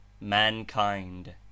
mankind